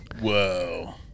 Whoa